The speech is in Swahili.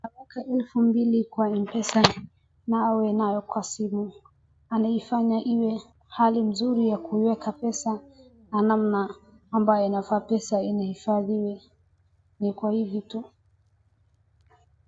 Anaeka elfu mbili kwa M-pesa na awe nayo kwa simu. Anaifanya iwe hali nzuri yakueka pesa alama ambayo pesa ifadhiwe ni kwa hivi tu.